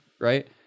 right